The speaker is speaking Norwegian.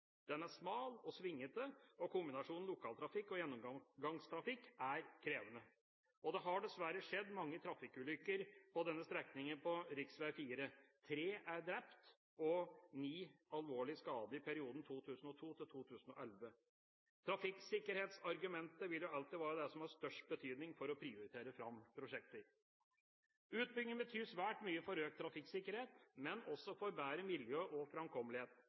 Den er smal og svingete, og kombinasjonen lokaltrafikk og gjennomgangstrafikk er krevende. Det har dessverre skjedd mange trafikkulykker på denne strekningen på rv. 4. Tre er drept og ni alvorlig skadet i perioden 2002–2011. Trafikksikkerhetsargumentet vil alltid være det som har størst betydning for å prioritere fram prosjekter. Utbyggingen betyr svært mye for økt trafikksikkerhet, men også for bedre miljø og framkommelighet,